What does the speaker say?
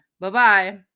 Bye-bye